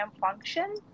function